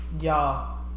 y'all